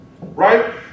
Right